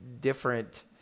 different